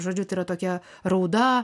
žodžiu tai yra tokia rauda